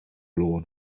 lôn